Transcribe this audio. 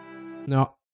No